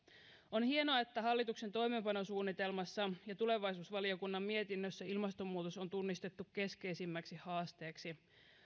on hienoa että hallituksen toimeenpanosuunnitelmassa ja tulevaisuusvaliokunnan mietinnössä ilmastonmuutos on tunnistettu keskeisimmäksi haasteeksi